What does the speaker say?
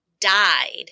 died